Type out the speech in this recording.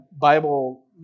Bible